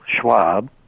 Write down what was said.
Schwab